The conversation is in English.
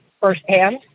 firsthand